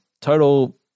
Total